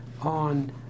on